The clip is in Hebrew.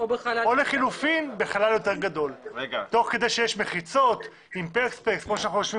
אלא לחילופין בחלל יותר גדול תוך כדי שיש מחיצות כמו שאנחנו יושבים